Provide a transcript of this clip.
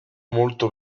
molto